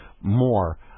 more